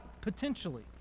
potentially